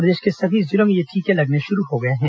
प्रदेश के सभी जिलों में ये टीके लगने शुरू हो गए हैं